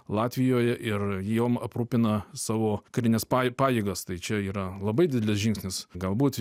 latvijoje ir jom aprūpina savo karines paj pajėgas tai čia yra labai didelis žingsnis galbūt